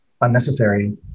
unnecessary